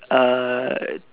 uh